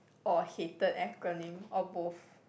or hated acronym or both